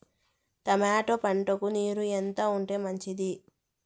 Tomato పంటకు నీరు ఎంత ఉంటే మంచిది?